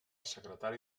secretari